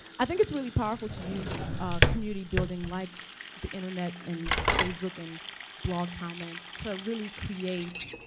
i think it's really powerful to use community building, like the internet and facebook, and blog comments, to really create